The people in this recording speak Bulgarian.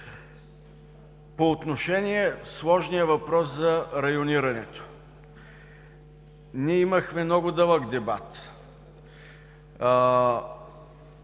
По отношение сложния въпрос за районирането. Ние имахме много дълъг дебат,